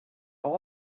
all